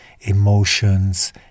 emotions